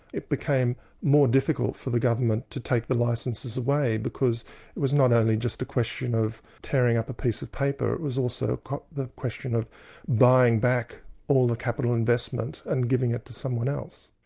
it became more difficult for the government to take the licences away, because it was not only just a question of tearing up a piece of paper, it was also the question of buying back all the capital investment and giving it to someone else.